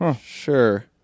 Sure